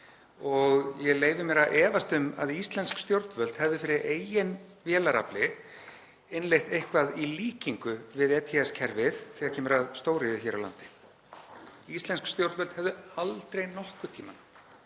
Ég leyfi mér að efast um að íslensk stjórnvöld hefðu fyrir eigin vélarafli innleitt eitthvað í líkingu við ETS-kerfið þegar kemur að stóriðju hér á landi. Íslensk stjórnvöld hefðu aldrei nokkurn tímann